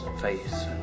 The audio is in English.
face